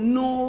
no